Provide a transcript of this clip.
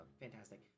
fantastic